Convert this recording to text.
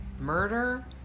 murder